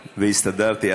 והסתדרתי.